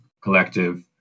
collective